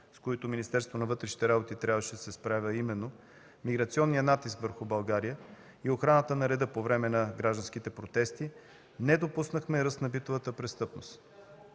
с които Министерството на вътрешните работи трябваше да се справя – миграционният натиск върху България и охраната на реда по време на гражданските протести, не допуснахме ръст на битовата престъпност.